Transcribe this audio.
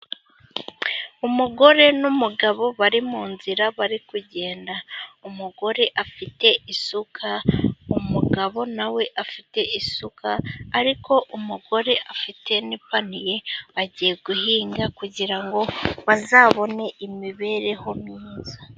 Umugore n'umugabo bari mu nzira bari kugenda, umugore afite isuka, umugabo nawe afite isuka, ariko umugore afite n'ipaniye, agiye guhinga, kugira ngo bazabone imibereho myiza.